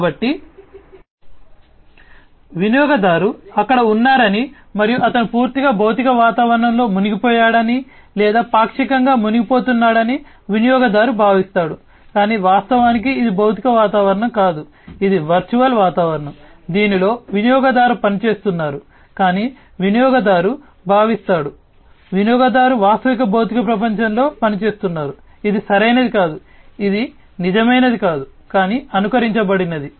కాబట్టి వినియోగదారు అక్కడ ఉన్నారని మరియు అతను పూర్తిగా భౌతిక వాతావరణంలో మునిగిపోయాడని లేదా పాక్షికంగా మునిగిపోతున్నాడని వినియోగదారు భావిస్తాడు కాని వాస్తవానికి ఇది భౌతిక వాతావరణం కాదు ఇది వర్చువల్ వాతావరణం దీనిలో వినియోగదారు పనిచేస్తున్నారు కానీ వినియోగదారు భావిస్తాడు వినియోగదారు వాస్తవ భౌతిక ప్రపంచంలో పనిచేస్తున్నారు ఇది సరైనది కాదు ఇది నిజమైనది కాదు కానీ అనుకరించబడినది